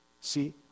See